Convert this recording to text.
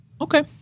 Okay